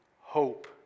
hope